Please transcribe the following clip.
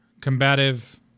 combative